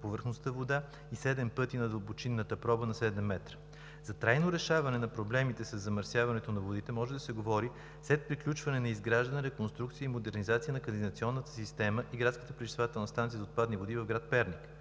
повърхностната вода и 7 пъти при дълбочинната проба на 7 метра. За трайно решаване на проблемите със замърсяването на водите може да се говори след приключване на изграждането, реконструкцията и модернизацията на канализационната система и Градската пречиствателна станция за отпадни води в град Перник.